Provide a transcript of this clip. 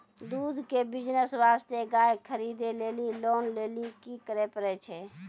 दूध के बिज़नेस वास्ते गाय खरीदे लेली लोन लेली की करे पड़ै छै?